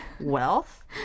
wealth